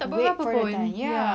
wait for time ya